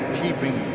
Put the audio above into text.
keeping